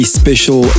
special